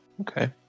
okay